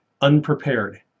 unprepared